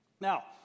Now